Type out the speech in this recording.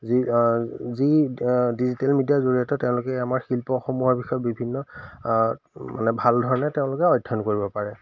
যি যি ডিজিটেল মিডিয়াৰ জৰিয়তে তেওঁলোকে আমাৰ শিল্পসমূহৰ বিষয়ে বিভিন্ন মানে ভাল ধৰণে তেওঁলোকে অধ্যয়ন কৰিব পাৰে